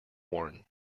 worn